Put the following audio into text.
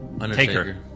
Undertaker